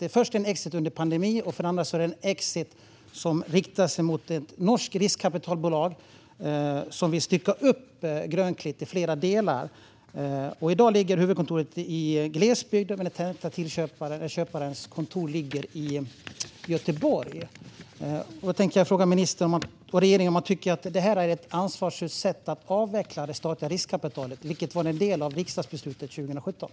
För det första görs den under en pandemi, och för det andra riktar den sig mot ett norskt riskkapitalbolag som vill stycka upp Grönklittsgruppen i flera delar. I dag ligger huvudkontoret i glesbygden. Den tilltänkta köparens kontor ligger i Göteborg. Jag tänkte fråga ministern och regeringen om man tycker att detta är ett ansvarsfullt sätt att avveckla det statliga riskkapitalet, vilket var en del av riksdagsbeslutet 2017.